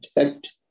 Act